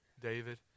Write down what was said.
David